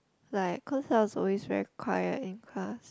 like cause I was always very quiet in class